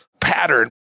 pattern